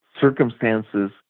circumstances